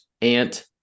ant